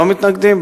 לא מתנגדים,